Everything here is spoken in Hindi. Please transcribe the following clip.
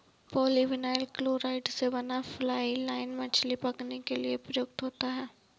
पॉलीविनाइल क्लोराइड़ से बना फ्लाई लाइन मछली पकड़ने के लिए प्रयुक्त होता है